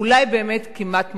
אולי באמת כמעט מוחלט.